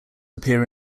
appear